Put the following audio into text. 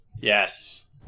Yes